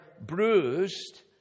bruised